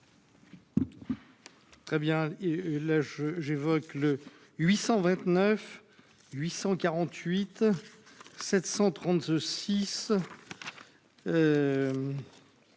Très bien, là je j'évoque le 829 848 736.